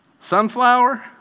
sunflower